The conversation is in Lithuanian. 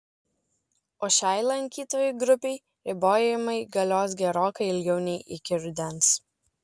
o šiai lankytojų grupei ribojimai galios gerokai ilgiau nei iki rudens